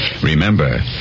Remember